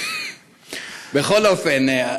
בכל אופן,